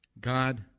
God